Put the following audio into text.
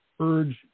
Urge